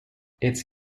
its